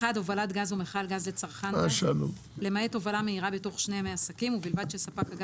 מי יעשה את זה?